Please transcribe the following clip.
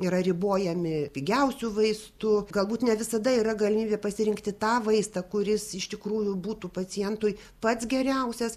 yra ribojami pigiausių vaistų galbūt ne visada yra galimybė pasirinkti tą vaistą kuris iš tikrųjų būtų pacientui pats geriausias